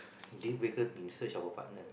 deal breaker in search of a partner